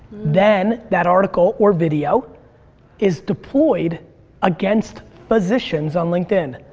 then that article or video is deployed against physicians on linkedin.